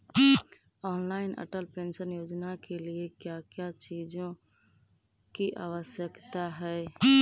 Online Atal pension Yojana के लिए क्या क्या चीजों की आवश्यकता है?